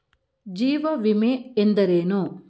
ಜೀವ ವಿಮೆ ಎಂದರೇನು?